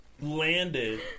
landed